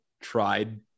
tried